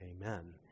Amen